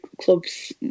clubs